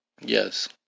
Yes